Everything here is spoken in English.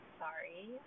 sorry